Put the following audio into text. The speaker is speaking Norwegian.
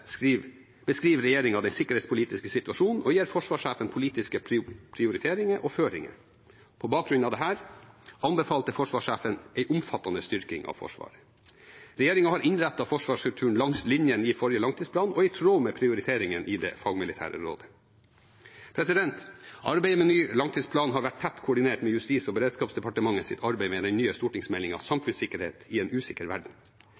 beskriver regjeringen den sikkerhetspolitiske situasjonen og gir forsvarssjefen politiske prioriteringer og føringer. På bakgrunn av dette anbefalte forsvarssjefen en omfattende styrking av Forsvaret. Regjeringen har innrettet forsvarsstrukturen langs linjene i forrige langtidsplan og i tråd med prioriteringene i det fagmilitære råd. Arbeidet med ny langtidsplan har vært tett koordinert med Justis- og beredskapsdepartementets arbeid med den nye stortingsmeldingen Samfunnssikkerhet i en usikker verden.